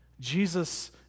Jesus